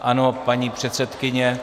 Ano, paní předsedkyně.